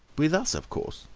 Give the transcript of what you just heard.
with us, of course.